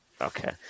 okay